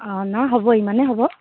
অঁ নহয় হ'ব ইমানে হ'ব